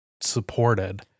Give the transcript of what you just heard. supported